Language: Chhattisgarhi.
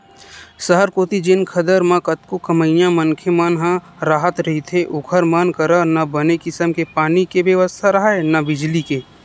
सहर कोती जेन खदर म कतको कमइया मनखे मन ह राहत रहिथे ओखर मन करा न बने किसम के पानी के बेवस्था राहय, न बिजली के